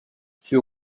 sur